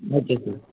okay sir